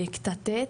בכיתה ט',